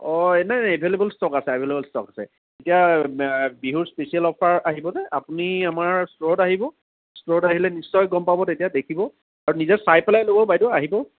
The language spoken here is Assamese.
অ' এভেইলেবুল ষ্টক আছে এভেইলেবুল ষ্টক আছে বিহুৰ স্পেচিয়েল অফাৰ আহিব যে আপুনি আমাৰ ষ্টৰত আহিব ষ্টৰত আহিব নিশ্চয় গম পাব আৰু নিজে চাই পেলাই ল'ব বাইদেউ আহিব